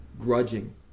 grudging